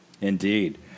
indeed